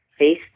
Facebook